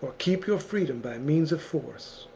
or keep your freedom by means of force.